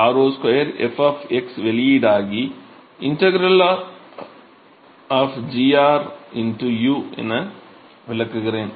r0 2 f வெளியீடாகி integral u என விளக்குகிறேன்